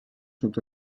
sont